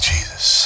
Jesus